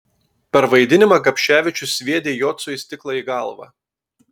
per vaidinimą gapševičius sviedė jocui stiklą į galvą